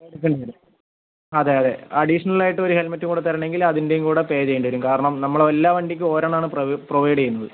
കൊടുക്കേണ്ടിവരും അതെയതെ അഡീഷണൽ ആയിട്ട് ഒരു ഹെൽമറ്റ് കൂടെ തരണമെങ്കിൽ അതിൻ്റെയും കൂടെ പേ ചെയ്യേണ്ടിവരും കാരണം നമ്മൾ എല്ലാ വണ്ടിക്കും ഓരോന്നാണ് പ്രൊവൈഡ് ചെയ്യുന്നത്